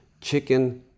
chicken